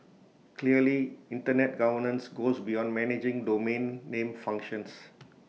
clearly Internet governance goes beyond managing domain name functions